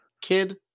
kid